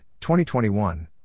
2021